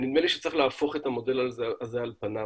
ונדמה לי שצריך להפוך את המודל הזה על פניו,